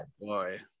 boy